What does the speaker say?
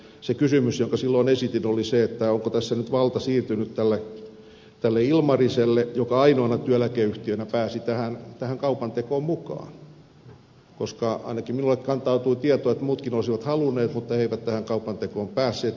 se kysymys jonka silloin esitin oli se onko tässä nyt valta siirtynyt tälle ilmariselle joka ainoana työeläkeyhtiönä pääsi tähän kaupantekoon mukaan koska ainakin minulle kantautui tieto että muutkin olisivat halunneet mutta ne eivät tähän kaupantekoon päässeet